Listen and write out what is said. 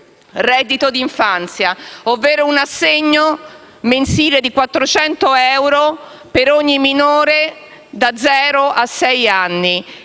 «reddito di infanzia», ovvero un assegno mensile di 400 euro per ogni minore da zero a sei anni;